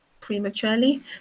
prematurely